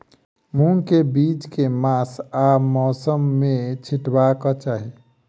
मूंग केँ बीज केँ मास आ मौसम मे छिटबाक चाहि?